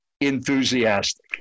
enthusiastic